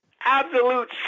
absolute